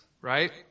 right